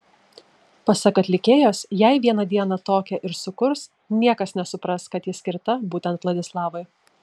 pasak atlikėjos jei vieną dieną tokią ir sukurs niekas nesupras kad ji skirta būtent vladislavui